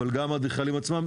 אבל גם האדריכלים עצמם.